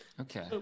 Okay